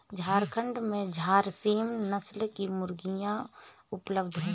झारखण्ड में झारसीम नस्ल की मुर्गियाँ उपलब्ध है